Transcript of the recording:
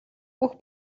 бүх